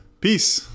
Peace